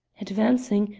advancing,